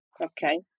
Okay